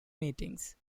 meetings